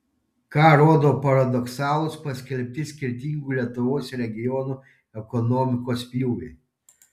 ką rodo paradoksalūs paskelbti skirtingų lietuvos regionų ekonomikos pjūviai